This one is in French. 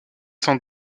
sans